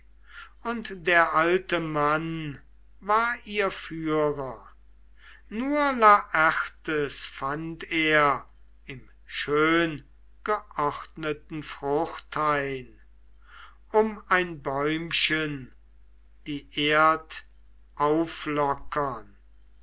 und der alte mann war ihr führer nur laertes fand er im schöngeordneten fruchthain um ein bäumchen die erd